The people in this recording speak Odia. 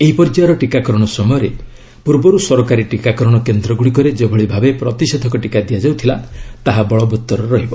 ଏହି ପର୍ଯ୍ୟାୟର ଟିକାକରଣ ସମୟରେ ପୂର୍ବରୁ ସରକାରୀ ଟିକାକରଣ କେନ୍ଦ୍ର ଗୁଡ଼ିକରେ ଯେଭଳି ଭାବେ ପ୍ରତିଷେଧକ ଟିକା ଦିଆଯାଉଥିଲା ତାହା ବଳବତ୍ତର ରହିବ